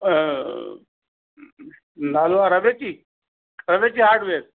नालो आहे रवेची रवेची हार्डवेयर